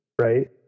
right